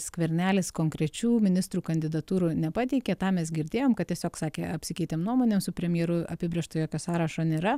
skvernelis konkrečių ministrų kandidatūrų nepateikė tą mes girdėjom kad tiesiog sakė apsikeitėm nuomonėm su premjeru apibrėžto jokio sąrašo nėra